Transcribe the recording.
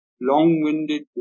long-winded